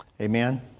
Amen